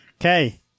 Okay